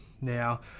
Now